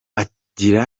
ati